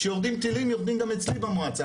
כשיורדים טילים, יורדים גם אצלי במועצה.